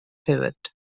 pivot